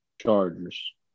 Chargers